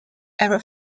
ever